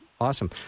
awesome